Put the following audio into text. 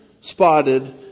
spotted